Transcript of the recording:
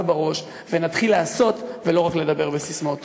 בראש ונתחיל לעשות ולא רק לדבר בססמאות.